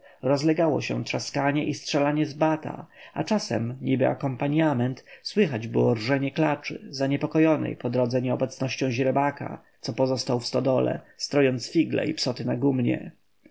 rozlegało się trzaskanie i strzelanie z bata a czasem niby akompaniament słychać było rżenie klaczy zaniepokojonej po drodze nieobecnością źrebaka co pozostał w stodole strojąc figle i psoty na gumnie